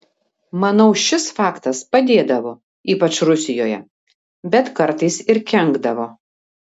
manau šis faktas padėdavo ypač rusijoje bet kartais ir kenkdavo